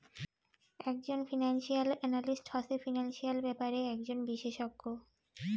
একজন financial analyst হসে financial ব্যাপারে একজন বিশষজ্ঞ